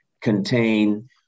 contain